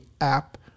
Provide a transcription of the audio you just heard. app